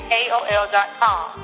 aol.com